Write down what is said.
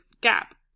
gap